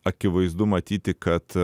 akivaizdu matyti kad